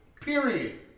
Period